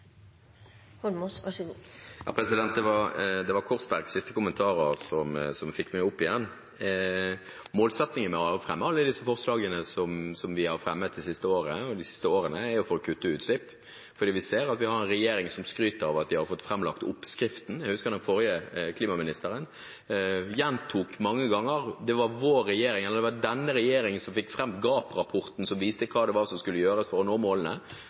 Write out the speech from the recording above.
siste kommentarer som fikk meg opp igjen. Målsettingen med å fremme alle disse forslagene som vi har fremmet de siste årene, er jo å kutte utslipp. Og vi ser at vi har en regjering som skryter av at de har framlagt oppskriften. Jeg husker at den forrige klimaministeren gjentok mange ganger at det var hennes regjering som i GAP-rapporten fikk fram hva det var som skulle gjøres for å nå målene